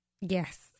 Yes